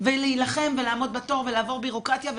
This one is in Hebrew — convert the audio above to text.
ולהילחם ולעמוד בתור ולעבור ביורוקרטיה וועדות,